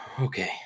okay